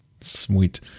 Sweet